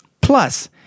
Plus